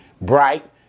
bright